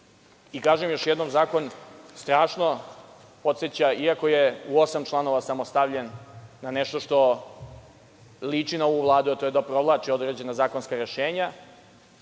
Kažem još jednom, zakon strašno podseća, iako je u osam članova samo stavljen na nešto što liči na ovu Vladu, a to je da provlači određena zakonska rešenja